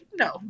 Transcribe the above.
No